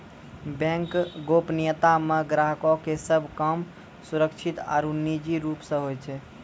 bank गोपनीयता मे ग्राहको के सभ काम सुरक्षित आरु निजी रूप से होय छै